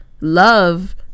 love